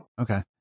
Okay